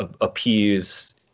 appease